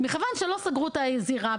מכיוון שלא סגרו את הזירה,